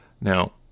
Now